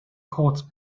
courts